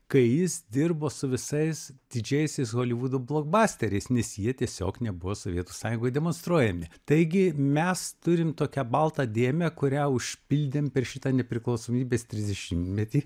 kai jis dirbo su visais didžiaisiais holivudo blogbasteriais nes jie tiesiog nebuvo sovietų sąjungoj demonstruojami taigi mes turim tokią baltą dėmę kurią užpildėm per šitą nepriklausomybės trisdešimtmetį